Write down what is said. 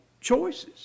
choices